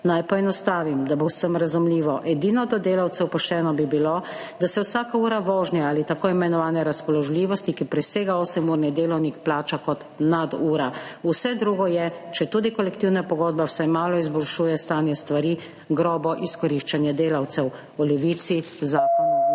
Naj poenostavim, da bo vsem razumljivo, edino pošteno do delavcev bi bilo, da se vsaka ura vožnje ali tako imenovane razpoložljivosti, ki presega osemurni delovnik, plača kot nadura. Vse drugo je, četudi kolektivna pogodba vsaj malo izboljšuje stanje stvari, grobo izkoriščanje delavcev. V Levici zakonu